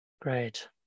Great